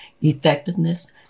effectiveness